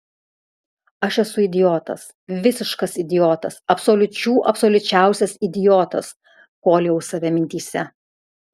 aš esu idiotas visiškas idiotas absoliučių absoliučiausias idiotas koliojau save mintyse